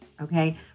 okay